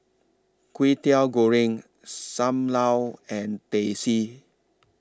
Kwetiau Goreng SAM Lau and Teh C